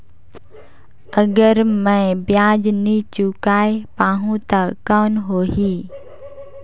अगर मै ब्याज नी चुकाय पाहुं ता कौन हो ही?